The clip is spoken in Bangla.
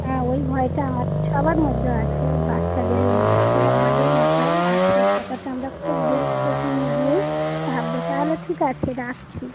হ্যাঁ ওই ভয়টা আমাদের সবার মধ্যে আছে ও বাচ্চাদের নিয়ে খুব আমাদের মাথায় আছে কথাটা আমরা খুব গুরুত্বপূর্ণ দিয়েই ভাববো তাহলে ঠিক আছে রাখছি